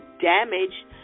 damage